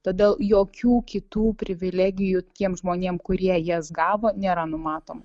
todėl jokių kitų privilegijų tiem žmonėm kurie jas gavo nėra numatoma